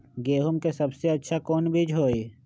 गेंहू के सबसे अच्छा कौन बीज होई?